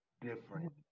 different